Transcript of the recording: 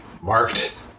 marked